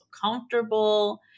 comfortable